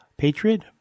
Patriot